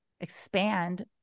expand